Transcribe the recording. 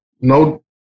no